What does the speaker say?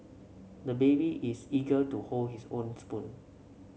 the baby is eager to hold his own spoon